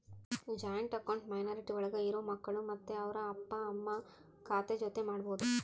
joint account minority ಒಳಗ ಇರೋ ಮಕ್ಕಳು ಮತ್ತೆ ಅವ್ರ ಅಪ್ಪ ಅಮ್ಮ ಖಾತೆ ಜೊತೆ ಮಾಡ್ಬೋದು